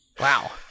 Wow